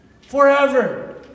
forever